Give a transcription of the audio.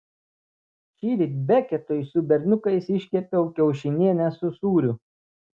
šįryt beketui su berniukais iškepiau kiaušinienę su sūriu